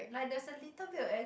like there was a little bit of air